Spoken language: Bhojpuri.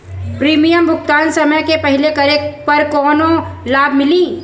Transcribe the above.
प्रीमियम भुगतान समय से पहिले करे पर कौनो लाभ मिली?